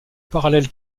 parallèle